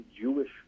Jewish